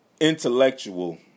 intellectual